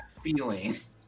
feelings